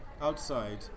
Outside